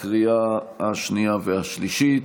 לקריאה השנייה והשלישית.